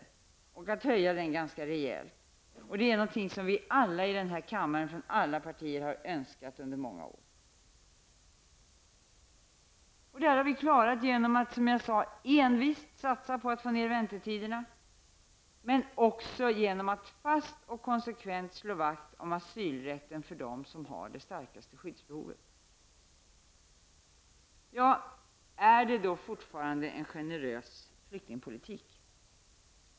Det är någonting som vi alla i den här kammaren, i alla partier, har önskat under många år. Detta har vi, som jag sade, klarat genom att envist satsa på att få ned väntetiderna, men också genom att fast och konsekvent slå vakt om asylrätten för dem som har de starkaste skyddsbehoven. Är det fortfarande en generös flyktingpolitik?